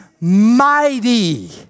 mighty